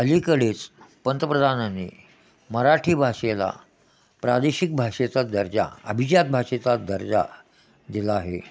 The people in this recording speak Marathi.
अलीकडेच पंतप्रधानांनी मराठी भाषेला प्रादेशिक भाषेचा दर्जा अभिजात भाषेचा दर्जा दिला आहे